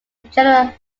general